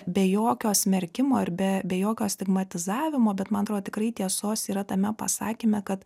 be jokio smerkimo ir be be jokio stigmatizavimo bet man atrodo tikrai tiesos yra tame pasakyme kad